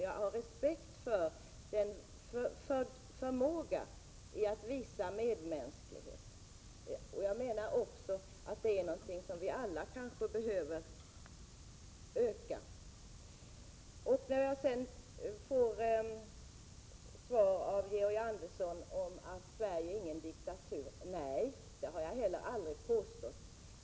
Jag har respekt för förmågan att visa medmänsklighet — det är någonting som vi alla kanske behöver visa mer av. Georg Andersson svarar att Sverige inte är någon diktatur. Nej, det har jag heller aldrig påstått.